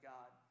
God